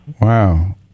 Wow